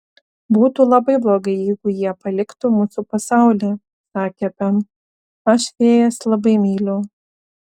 būtų labai blogai jeigu jie paliktų mūsų pasaulį sakė pem aš fėjas labai myliu